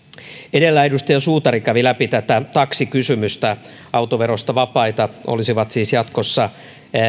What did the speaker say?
edellä edustaja suutari kävi läpi tätä taksikysymystä autoverosta vapaita olisivat siis jatkossa